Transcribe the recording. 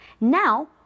Now